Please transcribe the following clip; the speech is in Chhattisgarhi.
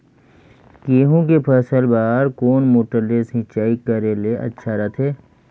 गहूं के फसल बार कोन मोटर ले सिंचाई करे ले अच्छा रथे?